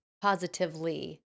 positively